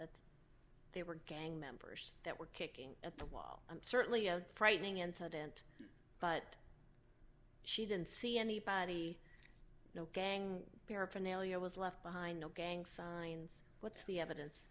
that they were gang members that were kicking at the wall i'm certainly a frightening incident but she didn't see anybody no gang paraphernalia was left behind no gang signs what's the evidence